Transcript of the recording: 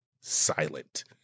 silent